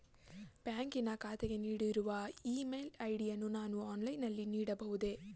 ಬ್ಯಾಂಕಿನ ಖಾತೆಗೆ ನೀಡಿರುವ ಇ ಮೇಲ್ ಐ.ಡಿ ಯನ್ನು ನಾನು ಆನ್ಲೈನ್ ನಲ್ಲಿ ನೀಡಬಹುದೇ?